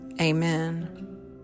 Amen